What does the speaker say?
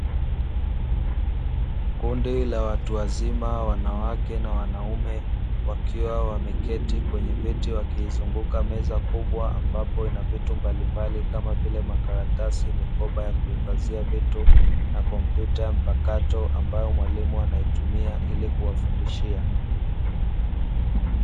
Kundi la watu wazima wanawake na wanaume wakiwa wameketi kwenye viti wakiizunguka meza kubwa ambapo inavitu mbali mbali kama vile karatasi, mikoba ya kuhifadhia vitu na kompyuta mpakato ambayo mwalimu anaitumia ili kuwafundishia.